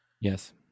Yes